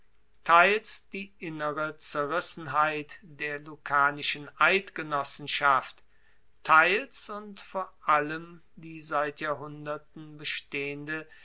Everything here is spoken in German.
teils die innere zerrissenheit der lucanischen eidgenossenschaft teils und vor allem die seit jahrhunderten bestehende